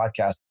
podcast